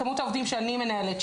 כמות העובדים שאני מנהלת,